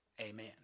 amen